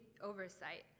oversight